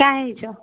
କାଁ ହେଇଛ